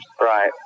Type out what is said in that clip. Right